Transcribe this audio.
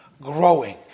growing